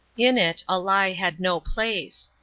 in it a lie had no place.